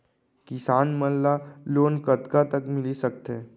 किसान मन ला लोन कतका तक मिलिस सकथे?